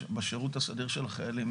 בשירות הסדיר של חיילים,